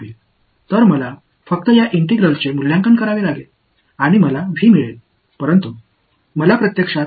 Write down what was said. எனக்குத் தெரியும் என்றால் சிக்கல் செய்யப்படும் பின்னர் நான் இந்த ஒருங்கிணைப்பை மதிப்பீடு செய்ய வேண்டும் எனக்கு V கிடைக்கும்